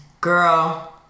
Girl